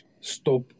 stop